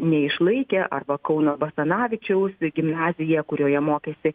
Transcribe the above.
neišlaikė arba kauno basanavičiaus gimnazija kurioje mokėsi